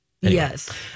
Yes